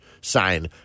sign